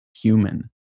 human